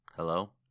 Hello